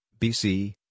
BC